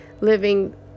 living